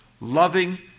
loving